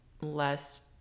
less